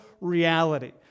reality